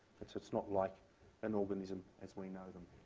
it's it's not like an organism as we know them.